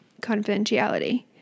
confidentiality